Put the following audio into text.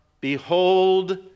behold